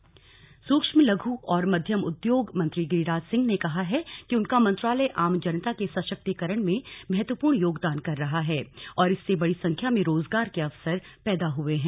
रोजगार सुजन सुक्ष्म लघ् और मध्यम उद्योग मंत्री गिरिराज सिंह ने कहा है कि उनका मंत्रालय आम जनता के संशक्तीकरण में महत्वपूर्ण योगदान कर रहा है और इससे बड़ी संख्या में रोजगार के अवसर पैदा हुए हैं